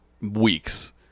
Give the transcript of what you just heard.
weeks